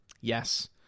yes